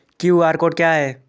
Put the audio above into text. QR code क्या है?